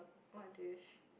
what dish